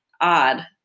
odd